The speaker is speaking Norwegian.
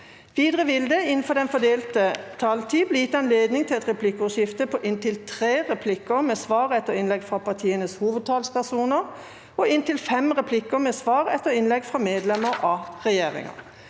Videre vil det – innenfor den fordelte taletid – bli gitt anledning til inntil tre replikker med svar etter innlegg fra partienes hovedtalspersoner og inntil fem replikker med svar etter innlegg fra medlemmer av regjeringen.